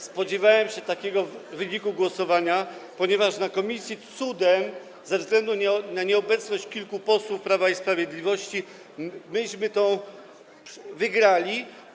Spodziewałem się takiego wyniku głosowania, ponieważ w komisji cudem, ze względu na nieobecność kilku posłów Prawa i Sprawiedliwości, myśmy to wygrali.